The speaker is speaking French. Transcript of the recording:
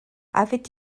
avait